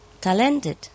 talented